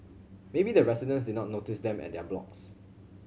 maybe the residents did not notice them at their blocks